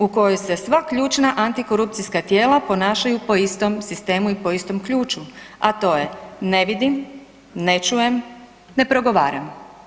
U kojoj se sva ključna antikorupcijska tijela ponašaju po istom sistemu i po istom ključu, a to je ne vidim, ne čujem, ne progovaram.